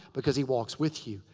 because he walks with you.